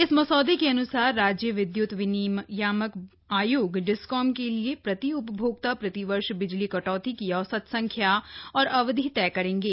इस मसौदे के अन्सार राज्य विद्य्त विनियामक आयोग डिस्कॉम के लिए प्रति उपभोक्ता प्रतिवर्ष बिजली कटौती की औसत संख्या और अवधि तय करेंगे